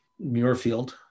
muirfield